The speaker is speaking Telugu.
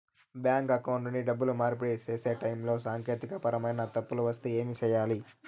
బ్యాంకు అకౌంట్ నుండి డబ్బులు మార్పిడి సేసే టైములో సాంకేతికపరమైన తప్పులు వస్తే ఏమి సేయాలి